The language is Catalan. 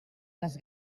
les